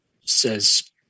says